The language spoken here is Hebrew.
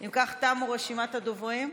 אם כך, תמה רשימת הדוברים.